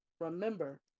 remember